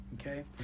okay